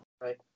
Right